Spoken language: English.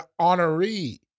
honoree